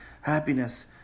happiness